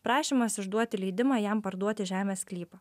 prašymas išduoti leidimą jam parduoti žemės sklypą